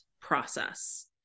process